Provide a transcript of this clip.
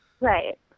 Right